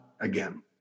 again